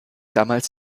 damals